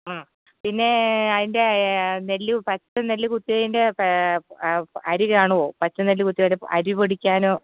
അ പിന്നേ അതിന്റെ നെല്ല് പച്ച നെല്ല് കുത്തിയതിന്റെ അരി കാണുമോ പച്ച നെല്ല് കുത്തിയാൽ അരി പൊടിയ്ക്കാനോ